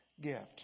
gift